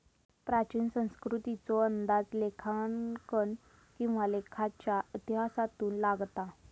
प्राचीन संस्कृतीचो अंदाज लेखांकन किंवा लेखाच्या इतिहासातून लागता